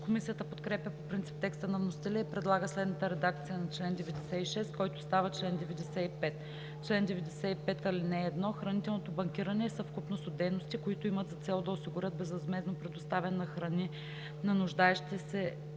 Комисията подкрепя по принцип текста на вносителя и предлага следната редакция на чл. 96, който става чл. 95: „Чл. 95. (1) Хранителното банкиране е съвкупност от дейности, които имат за цел да осигурят безвъзмездно предоставяне на храни на нуждаещи се